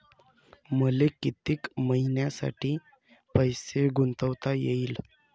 मले कितीक मईन्यासाठी पैसे गुंतवता येईन?